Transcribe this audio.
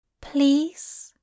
Please